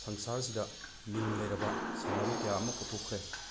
ꯁꯪꯁꯥꯔꯁꯤꯗ ꯃꯤꯡ ꯂꯩꯔꯕ ꯁꯥꯟꯅꯔꯣꯏ ꯀꯌꯥ ꯑꯃ ꯄꯨꯊꯣꯛꯈ꯭ꯔꯦ